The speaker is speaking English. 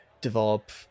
develop